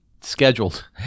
scheduled